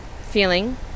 feeling